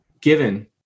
given